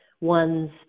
one's